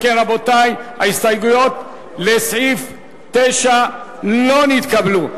אם כן, רבותי, ההסתייגויות לסעיף 9 לא נתקבלו.